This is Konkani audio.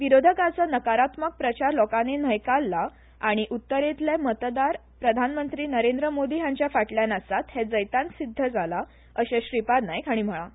विरोधकाचो नकारात्मक प्रचार लोकानी न्हयकारला आनी उत्तरेतले मतदार प्रधानमंत्री नरेंद्र मोदी हांच्या फाटल्यान आसात हे जैतान सिध्द जाला अशे श्रीपाद नायक हाणी म्हळा